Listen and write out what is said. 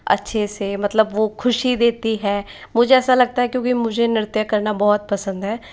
अच्छे से मतलब वो ख़ुशी देती है मुझे ऐसा लगता है क्योंकि मुझे नृत्य करना बहुत पसंद है